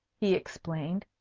he explained,